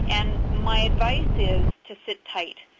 and my advice is to sit tight.